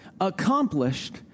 accomplished